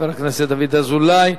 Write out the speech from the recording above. חבר הכנסת דוד אזולאי.